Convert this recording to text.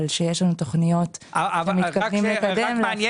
אבל אנחנו עובדים במשותף עם משרד הבריאות על תכנית